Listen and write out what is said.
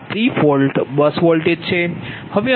તેથી આ pre fault bus voltage છે